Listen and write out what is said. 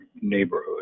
neighborhood